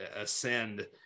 ascend